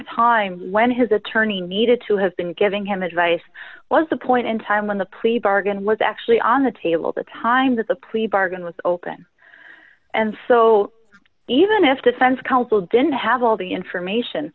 time when his attorney needed to have been giving him advice was the point in time when the plea bargain was actually on the table the time that the plea bargain was open and so even if defense counsel didn't have all the information